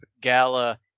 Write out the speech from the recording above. Gala